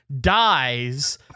dies